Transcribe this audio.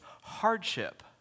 hardship